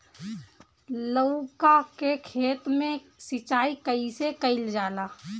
लउका के खेत मे सिचाई कईसे कइल जाला?